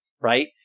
right